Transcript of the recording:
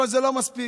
אבל זה לא מספיק.